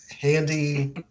handy